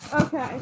Okay